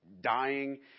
dying